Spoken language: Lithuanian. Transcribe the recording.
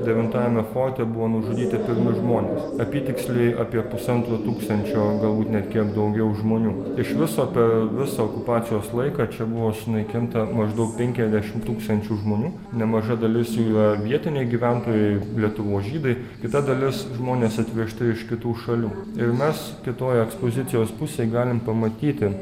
devintajame forte buvo nužudyti pirmi žmonės apytiksliai apie pusantro tūkstančio galbūt net kiek daugiau žmonių iš viso per visą okupacijos laiką čia buvo sunaikinta maždaug penkiasdešim tūkstančių žmonių nemaža dalis jų vietiniai gyventojai lietuvos žydai kita dalis žmonės atvežti iš kitų šalių ir mes kitoj ekspozicijos pusėj galim pamatyti